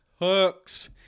hooks